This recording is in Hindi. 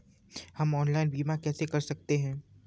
हम ऑनलाइन बीमा कैसे कर सकते हैं?